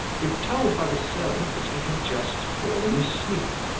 were told by the servant that he had just fallen asleep.